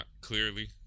clearly